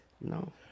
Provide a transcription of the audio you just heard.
No